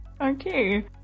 okay